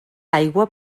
aigua